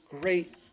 great